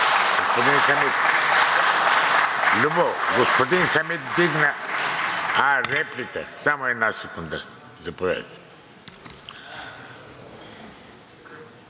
господин Хамид вдигна… А, реплика? Само една секунда – заповядайте.